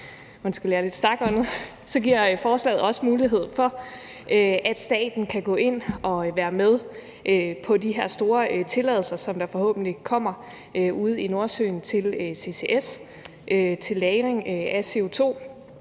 giver forslaget også mulighed for, at staten kan gå ind og være med på de her store tilladelser, som der forhåbentlig kommer ude i Nordsøen til CCS, til lagring af CO2,